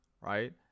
right